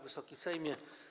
Wysoki Sejmie!